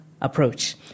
approach